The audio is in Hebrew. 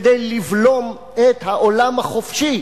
כדי לבלום את העולם החופשי,